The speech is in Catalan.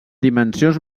dimensions